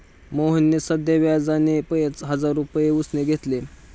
मोहनने साध्या व्याजाने पाच हजार रुपये उसने घेतले